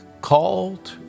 Called